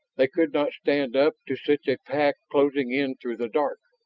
they could not stand up to such a pack closing in through the dark.